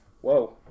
Whoa